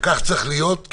ככה צריך להיות,